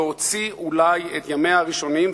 להוציא אולי את ימיה הראשונים,